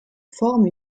forme